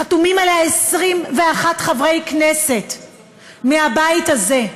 חתומים עליה 21 חברי כנסת מהבית הזה,